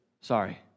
Sorry